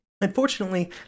Unfortunately